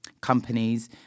companies